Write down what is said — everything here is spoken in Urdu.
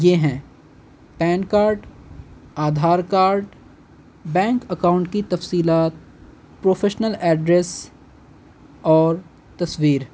یہ ہیں PAN card Aadhaar card bank account کی تفصیلات پروفیشنل ایڈریس اور تصویر